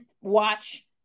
watch